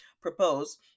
propose